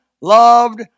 loved